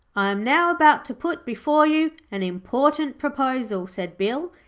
i am now about to put before you an important proposal said bill.